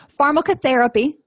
Pharmacotherapy